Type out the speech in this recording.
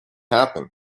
happen